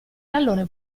tallone